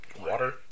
Water